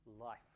life